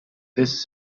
this